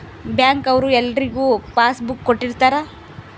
bank ಅವ್ರು ಎಲ್ರಿಗೂ passbook ಕೊಟ್ಟಿರ್ತರ